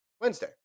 Wednesday